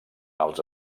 els